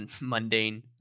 mundane